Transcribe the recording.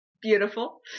beautiful